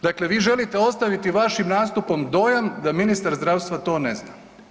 Dakle, vi želite ostaviti vašim nastupom dojam da ministar zdravstva to ne zna.